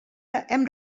hem